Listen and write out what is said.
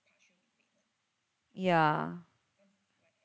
ya